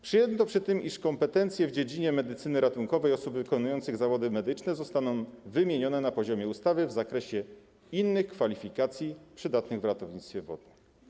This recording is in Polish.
Przyjęto przy tym, iż kompetencje w dziedzinie medycyny ratunkowej osób wykonujących zawody medyczne zostaną wymienione na poziomie ustawy w zakresie innych kwalifikacji przydatnych w ratownictwie wodnym.